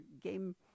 game